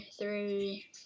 three